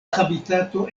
habitato